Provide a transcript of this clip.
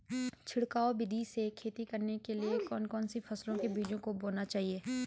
छिड़काव विधि से खेती करने के लिए कौन कौन सी फसलों के बीजों को बोना चाहिए?